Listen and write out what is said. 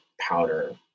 powder